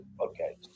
okay